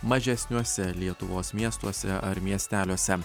mažesniuose lietuvos miestuose ar miesteliuose